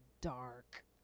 dark